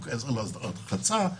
חוקי עזר להסדרת רחצה,